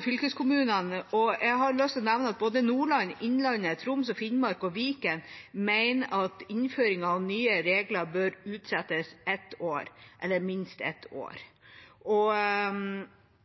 ble nevnt, og jeg har lyst å nevne at både Nordland, Innlandet, Troms og Finnmark og Viken mener at innføringen av nye regler bør utsettes i minst ett år. Agder, Vestland, Trøndelag og